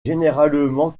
généralement